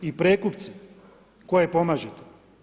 I prekupci, koje pomažete?